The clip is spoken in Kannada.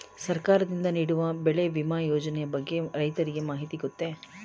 ಸರ್ಕಾರದಿಂದ ನೀಡುವ ಬೆಳೆ ವಿಮಾ ಯೋಜನೆಯ ಬಗ್ಗೆ ರೈತರಿಗೆ ಮಾಹಿತಿ ಗೊತ್ತೇ?